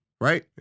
Right